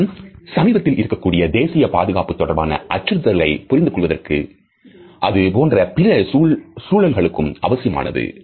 அவைகளும் சமீபத்தில் இருக்கக்கூடிய தேசிய பாதுகாப்பு தொடர்பான அச்சுறுத்தல்களை புரிந்துகொள்வதற்கு அதுபோன்ற பிற சூழல்களுக்கும் அவசியமானது